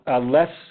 less